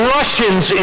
Russians